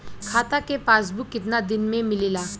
खाता के पासबुक कितना दिन में मिलेला?